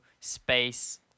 space